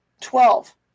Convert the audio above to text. Twelve